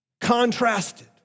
contrasted